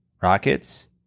Rockets